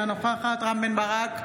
אינה נוכחת רם בן ברק,